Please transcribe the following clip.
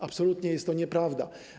Absolutnie jest to nieprawda.